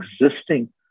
existing